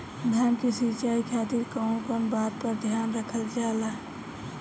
धान के सिंचाई खातिर कवन कवन बात पर ध्यान रखल जा ला?